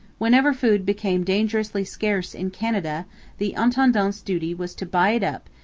whenever food became dangerously scarce in canada the intendant's duty was to buy it up,